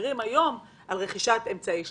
מחמירים היום על רכישת אמצעי שליטה,